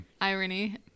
Irony